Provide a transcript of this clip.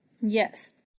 Yes